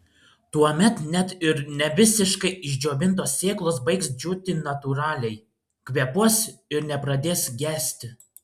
tuomet net ir ne visiškai išdžiovintos sėklos baigs džiūti natūraliai kvėpuos ir nepradės gesti